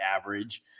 average